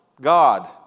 God